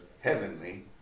heavenly